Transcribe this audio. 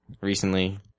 recently